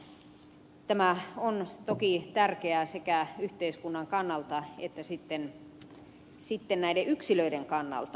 tämä on toki tärkeää sekä yhteiskunnan kannalta että näiden yksilöiden kannalta